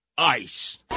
ICE